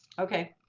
okay.